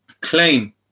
claim